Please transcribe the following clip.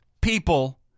people